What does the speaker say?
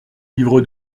livre